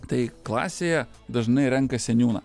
tai klasėje dažnai renka seniūną